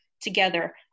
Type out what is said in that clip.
together